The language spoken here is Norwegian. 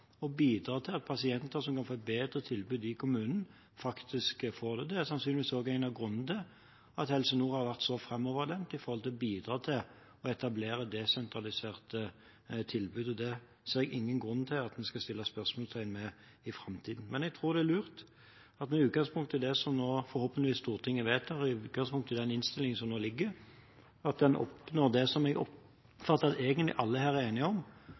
å bidra til at pasienter som kan få et bedre tilbud i kommunen, faktisk får det. Det er sannsynligvis også en av grunnene til at Helse Nord har vært så framoverlent når det gjelder å bidra til å etablere desentraliserte tilbud, og det ser jeg ingen grunn til at vi skal sette spørsmålstegn ved i framtiden. Men jeg tror det er lurt at en med utgangspunkt i det som Stortinget forhåpentligvis vedtar ut fra den innstillingen som nå ligger, oppnår det som jeg oppfatter egentlig alle her er enige om,